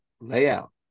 layout